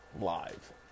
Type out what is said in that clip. live